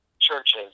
churches